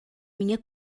minha